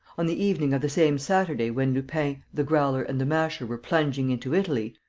on the evening of the same saturday when lupin, the growler and the masher were plunging into italy,